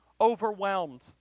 overwhelmed